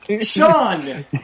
Sean